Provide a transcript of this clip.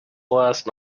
last